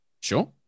Sure